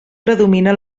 predomina